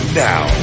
now